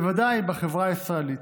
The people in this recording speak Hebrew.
בוודאי בחברה הישראלית.